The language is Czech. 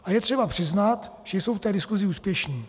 A je třeba přiznat, že jsou v té diskusi úspěšní.